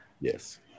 Yes